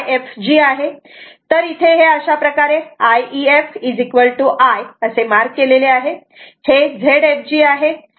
तर इथे हे अशाप्रकारे I efI मार्क केलेले आहे हे Zfg आहे